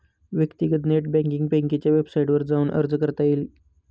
व्यक्तीगत नेट बँकींगसाठी बँकेच्या वेबसाईटवर जाऊन अर्ज करता येईल